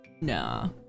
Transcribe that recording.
Nah